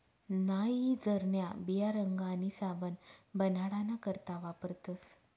नाइजरन्या बिया रंग आणि साबण बनाडाना करता वापरतस